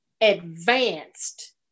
advanced